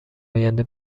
آینده